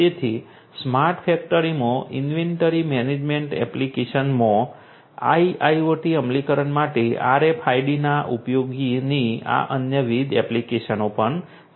તેથી સ્માર્ટ ફેક્ટરીમાં inventory management એપ્લિકેશનમાં IIoT અમલીકરણ માટે RFID ના ઉપયોગની આ અન્ય વિવિધ એપ્લિકેશનો પણ છે